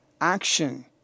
action